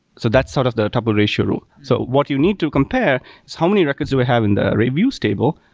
so that's sort of the topple ratio rule. so what you need to compare is how many records do we have in the reviews table,